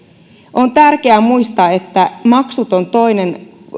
on tärkeä muistaa että maksuton toinen